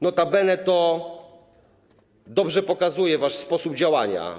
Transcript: Notabene to dobrze pokazuje wasz sposób działania.